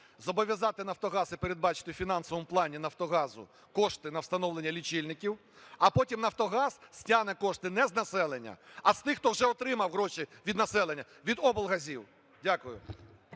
Зобов'язати "Нафтогаз" і передбачити у фінансовому плані "Нафтогазу" кошти на встановлення лічильників. А потім "Нафтогаз" стягне кошти не з населення, а з тих, хто вже отримав гроші від населення: від облгазів. Дякую.